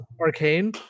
arcane